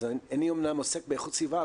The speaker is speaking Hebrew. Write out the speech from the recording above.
אז אני אמנם עוסק באיכות סביבה,